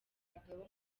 abagabo